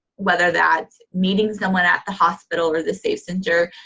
whether that's meeting someone at the hospital or the safe center,